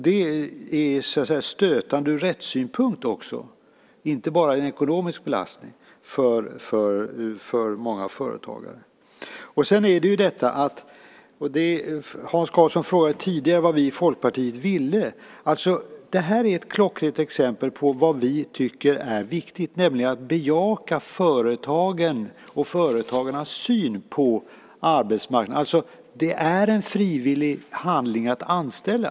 Detta är stötande ur rättssynpunkt också och inte bara en ekonomisk belastning för många företagare. Hans Karlsson frågade tidigare vad vi i Folkpartiet ville. Detta är ett klockrent exempel på vad vi tycker är viktigt, nämligen att bejaka företagens och företagarnas syn på arbetsmarknaden. Det är alltså en frivillig handling att anställa.